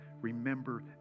remember